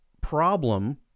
problem